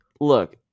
look